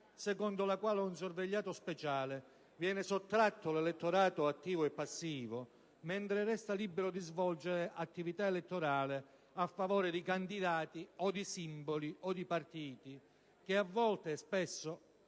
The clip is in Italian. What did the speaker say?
secondo la quale ad un sorvegliato speciale viene sottratto l'elettorato attivo e passivo mentre resta libero di svolgere attività elettorale a favore di candidati o di simboli o di partiti, che spesso